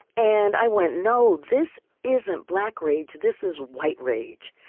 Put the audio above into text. and i went, no, this isn't black rage, this is white rage,